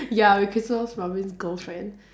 ya I'll be christopher-robin's girlfriend